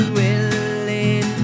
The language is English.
willing